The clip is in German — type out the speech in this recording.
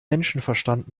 menschenverstand